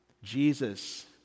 Jesus